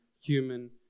human